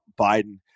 Biden